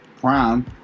Prime